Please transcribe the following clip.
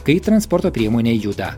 kai transporto priemonė juda